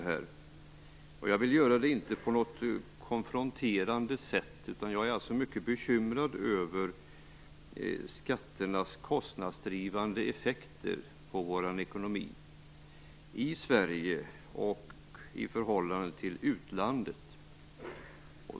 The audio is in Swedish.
Jag vill inte göra det på något konfronterande sätt, men jag är mycket bekymrad över skatternas kostnadsdrivande effekter på vår ekonomi i Sverige och i förhållande till utlandet.